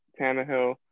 Tannehill